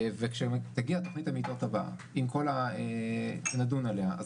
וכשתגיע תוכנית המיטות הבאה ונדון עליה,